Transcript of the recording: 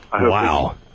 Wow